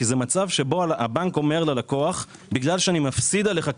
זה מצב שבו הבנק אומר ללקוח: בגלל שאני מפסיד עליך כביכול,